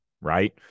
right